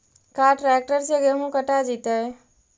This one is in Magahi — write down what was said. का ट्रैक्टर से गेहूं कटा जितै?